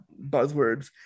buzzwords